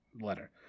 letter